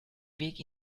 weg